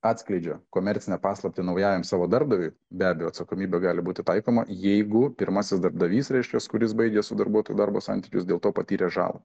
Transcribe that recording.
atskleidžia komercinę paslaptį naujajam savo darbdaviui be abejo atsakomybė gali būti taikoma jeigu pirmasis darbdavys reiškias kuris baigė su darbuotoju darbo santykius dėl to patyrė žalą